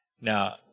Now